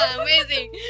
Amazing